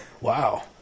wow